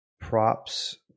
props